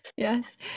Yes